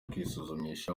kwisuzumisha